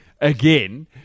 again